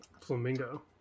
flamingo